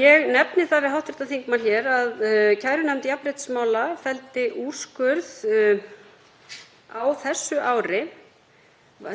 Ég nefni það við hv. þingmann að kærunefnd jafnréttismála felldi úrskurð á þessu ári